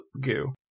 goo